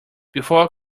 before